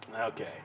Okay